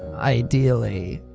ideally.